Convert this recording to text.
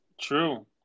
True